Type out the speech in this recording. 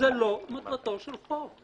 זו לא מטרתו של חוק.